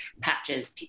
patches